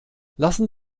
lassen